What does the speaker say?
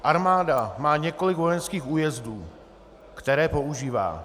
Armáda má několik vojenských újezdů, které používá.